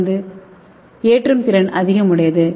மருந்து ஏற்றும் திறன் அதிகமுடையது